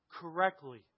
correctly